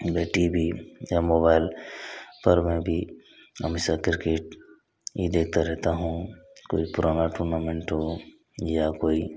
T V या mobile पर मैं भी हमेशा किरकेट ही देखता रहता हूँ कोई पुराना टूर्नामेंट हो या कोई